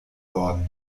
worden